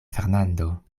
fernando